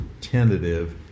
tentative